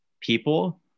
people